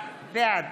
בעד